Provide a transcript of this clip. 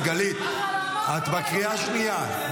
--- חברת הכנסת גלית, את בקריאה השנייה.